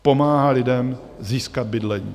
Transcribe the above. Pomáhá lidem získat bydlení.